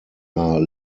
are